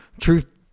Truth